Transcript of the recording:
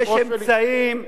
יש אמצעים,